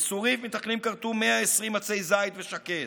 בצוריף מתנחלים כרתו 120 עצי זית ושקד,